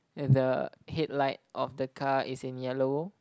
and the headlight of the car is in yellow